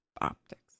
optics